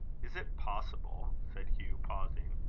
is it possible, said hugh, pausing,